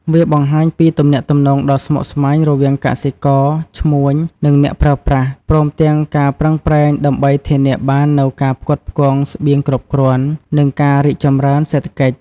វាបង្ហាញពីទំនាក់ទំនងដ៏ស្មុគស្មាញរវាងកសិករ ឈ្មួញ និងអ្នកប្រើប្រាស់ ព្រមទាំងការប្រឹងប្រែងដើម្បីធានាបាននូវការផ្គត់ផ្គង់ស្បៀងគ្រប់គ្រាន់ និងការរីកចម្រើនសេដ្ឋកិច្ច។